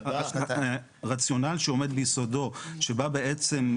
רציונל שעומד ביסודו שבא בעצם,